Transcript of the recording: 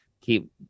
keep